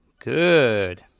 Good